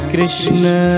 Krishna